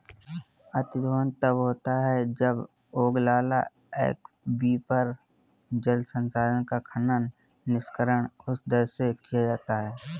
अतिदोहन तब होता है जब ओगलाला एक्वीफर, जल संसाधन का खनन, निष्कर्षण उस दर से किया जाता है